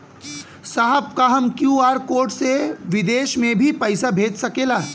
साहब का हम क्यू.आर कोड से बिदेश में भी पैसा भेज सकेला?